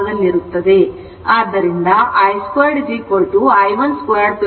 ಮತ್ತು ಆದ್ದರಿಂದ I 2 i1 2 i2 2